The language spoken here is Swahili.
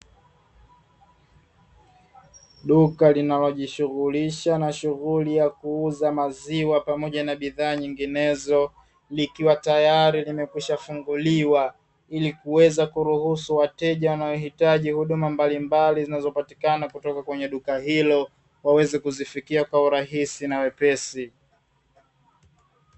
Duka linalojishughulisha na shughuli ya kuuza maziwa pamoja na bidhaa nyinginezo likiwa tayari limekwisha funguliwa, ili kuweza kuruhusu wateja wanaohitaji huduma mbalimbali zinazopatikana kutoka kwenye duka hilo waweze kuzifikia kwa urahisi na wepesi.